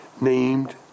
named